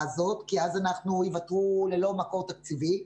הזאת כי אז ייוותרו ללא מקור תקציבי,